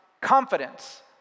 confidence